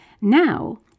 Now